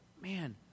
man